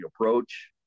approach